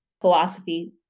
philosophy